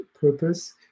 purpose